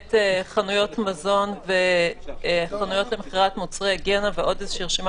למעט חנויות מזון וחנויות למכירת מוצרי היגיינה ועוד רשימה